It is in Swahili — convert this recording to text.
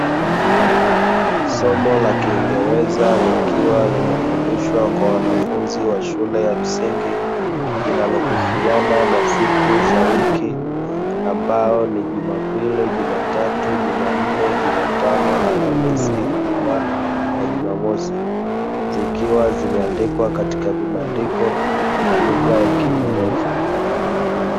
Somo la kiingereza likiwa linafundishwa kwa wanafunzi wa shule ya msingi, linalohusiana na siku za wiki ambayo ni; jumapili, jumatatu, jumanne, jumatano, alhamisi, ijumaa na jumamosi zikiwa zimeandikwa katika vibandiko kwa lugha ya kiingereza.